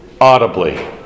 audibly